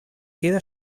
queda